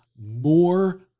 more